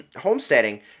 homesteading